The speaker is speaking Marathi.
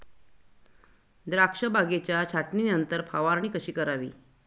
द्राक्ष बागेच्या छाटणीनंतर फवारणी कशी करावी?